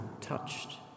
touched